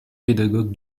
pédagogue